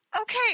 Okay